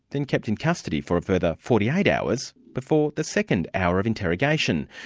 then kept in custody for a further forty eight hours before the second hour of interrogation,